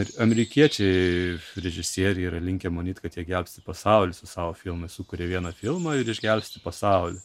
ir amerikiečiai režisieriai yra linkę manyt kad jie gelbsti pasaulį su savo filmais sukuria vieną filmą ir išgelbsti pasaulį